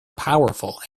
powerful